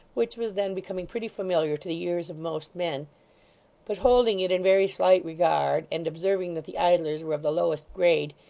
which was then becoming pretty familiar to the ears of most men but holding it in very slight regard, and observing that the idlers were of the lowest grade,